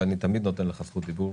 ואני תמיד נותן לך זכות דיבור,